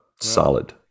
Solid